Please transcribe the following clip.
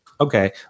Okay